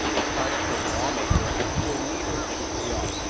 a five-term lawmaker, and floor leader joo ho-young.